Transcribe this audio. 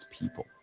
people